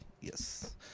Yes